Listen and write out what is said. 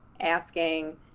asking